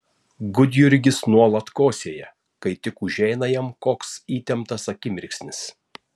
gudjurgis nuolat kosėja kai tik užeina jam koks įtemptas akimirksnis